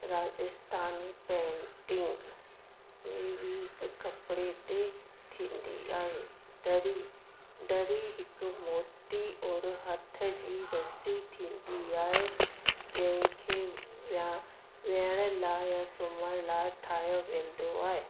Rajasthani painting बि हिकु कपिड़े ते थींदी आहे दरी दरी हिकु मोटी ओर हथ जी रसी थींदी आहे जंहिं खे व्य विहण लाइ या सुम्हण लाइ ठाहियो वेंदो आहे